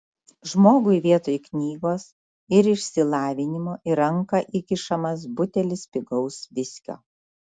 žmogui vietoj knygos ir išsilavinimo į ranką įkišamas butelis pigaus viskio